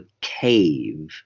cave